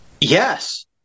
Yes